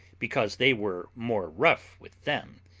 because they were more rough with them,